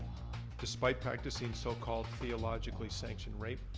despite practicing so-called theologically-sanctioned rate,